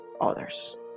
others